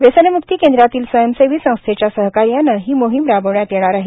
व्यसनम्क्ती केंद्रातील स्वयंसेवी संस्थेच्या सहकार्याने ही मोहीम राबविण्यात येणार आहे